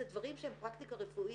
זה דברים שהם פרקטיקה רפואית